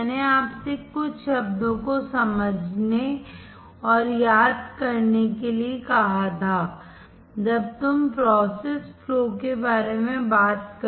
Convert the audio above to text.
मैंने आपसे कुछ शब्दों को समझने और याद करने के लिए कहा था जब तुम प्रोसेस फ्लो के बारे में बात करते हो